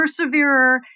perseverer